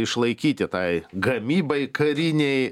išlaikyti tai gamybai karinei